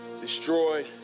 destroyed